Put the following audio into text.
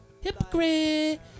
hypocrite